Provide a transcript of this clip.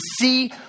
see